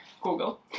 Google